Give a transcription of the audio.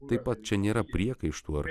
taip pat čia nėra priekaištų ar